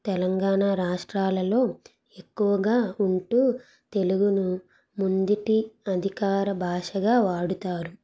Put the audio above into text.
తెలంగాణ రాష్ట్రాలలో ఎక్కువగా ఉంటు తెలుగును ముందటి అధికార భాషగా వాడుతారు